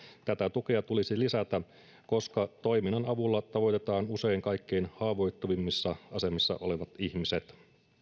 tätä tukea tulisi lisätä koska toiminnan avulla tavoitetaan usein kaikkein haavoittuvimmissa asemissa olevat ihmiset